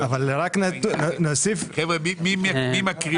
מי מקריא?